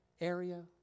area